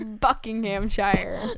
buckinghamshire